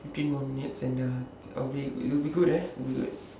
fifteen more minutes and uh I'll be we'll be good eh we'll be good